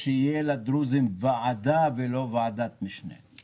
מקווה שלדרוזים תהיה ועדה ולא ועדת משנה.